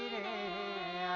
a